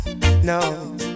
no